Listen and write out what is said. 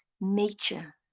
nature